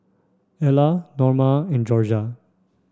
Ellar Norma and Jorja